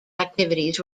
activities